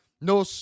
no